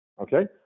Okay